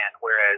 whereas